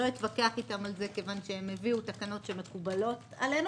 לא אתווכח איתם על זה מכיוון שהם הביאו תקנות שמקובלות עלינו.